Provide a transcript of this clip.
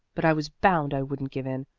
but i was bound i wouldn't give in.